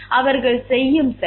அவர்கள் செய்யும் செலவு